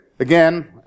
Again